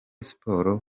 sports